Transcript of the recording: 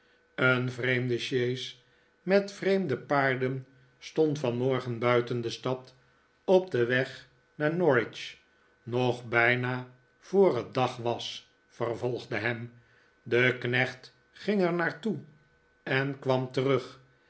een vreemde sjees met vreemde paar den stond vanmorgen buiten de stad op den weg naar norwich nog bijna voor het dag was vervolgde ham de knecht ging er naar toe en kwam terug